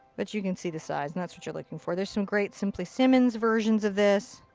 but you can see the size, and that's what you're looking for. there's some great simply simmons versions of this.